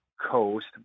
Coast